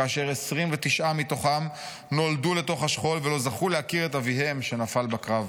כאשר 29 מהם נולדו לתוך השכול ולא זכו להכיר את אביהם שנפל בקרב.